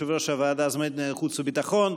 יושב-ראש הוועדה הזמנית לענייני חוץ וביטחון.